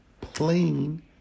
plain